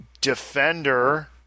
Defender